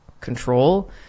control